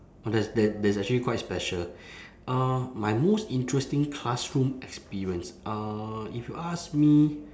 that's that that's actually quite special uh my most interesting classroom experience uh if you ask me